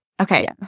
Okay